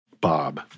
Bob